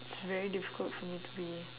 it's very difficult for me to be